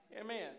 Amen